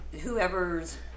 whoever's